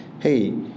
hey